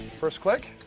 first click.